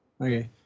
Okay